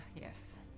yes